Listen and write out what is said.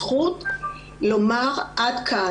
זכות לומר עד כאן,